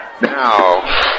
now